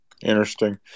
interesting